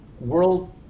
World